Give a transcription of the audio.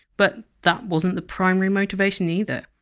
but that wasn't the primary motivation either.